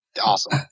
awesome